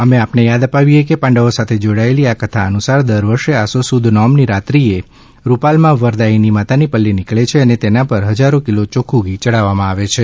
અમે આપને યાદ અપાવીએ કે પાંડવો સાથે જોડાયેલી આ કથા અનુસાર દર વર્ષે આસો સુદ નોમની રાત્રિએ રૂપાલમાં વરદાયીની માતાની પલ્લી નીકળે છે અને તેના પર ફજારો કિલ યોખ્ખું ઘી ચડાવવામાં આવે છે